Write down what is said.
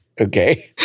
Okay